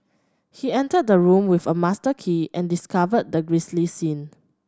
he entered the room with a master key and discovered the grisly scene